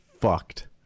fucked